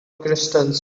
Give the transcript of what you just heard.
crystals